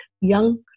young